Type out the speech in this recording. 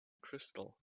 crystal